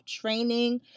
training